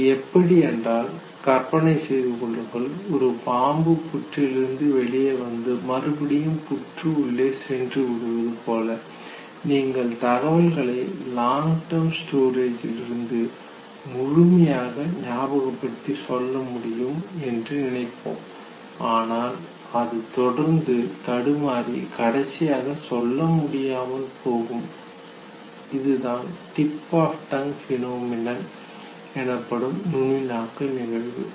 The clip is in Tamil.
இது எப்படி என்றால் கற்பனை செய்து கொள்ளுங்கள் ஒரு பாம்பு புற்றிலிருந்து வெளியே வந்து மறுபடியும் புற்று உள்ளே சென்று விடுவது போல நீங்கள் தகவல்களை லாங் டெர்ம் ஸ்டோரேஜிலிருந்து முழுமையாக ஞாபகப்படுத்தி சொல்ல முடியும் என்று நினைப்போம் ஆனால் நாம் தொடர்ந்து தடுமாறி கடைசியாக சொல்ல முடியாமல் போகும் இதுதான் டிப் ஆப் டங்க் பினோமேனன் நுனிநாக்கு நிகழ்வு